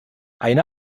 eine